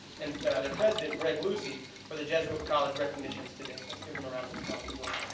and their president, greg lucey, for the jesuit college recognitions today. let's give them a round of applause as well.